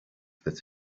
that